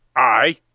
i!